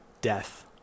death